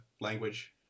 language